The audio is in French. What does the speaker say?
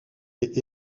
est